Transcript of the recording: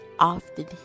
often